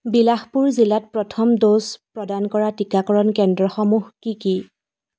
বিলাসপুৰ জিলাত প্ৰথম ড'জ প্ৰদান কৰা টীকাকৰণ কেন্দ্ৰসমূহ কি কি